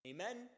Amen